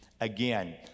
Again